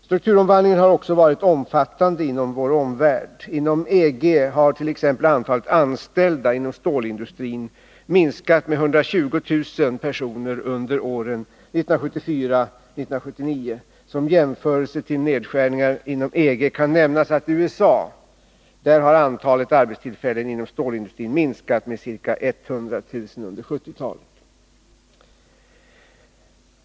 Strukturomvandlingen har också varit omfattande inom vår omvärld. Inom EG hart.ex. antalet anställda inom stålindustrin minskat med 120 000 personer under åren 1974-1979. Som jämförelse till nedskärningarna inom EG kan nämnas att i USA har antalet arbetstillfällen inom stålindustrin minskat med ca 100 000 under 1970-talet.